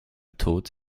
tod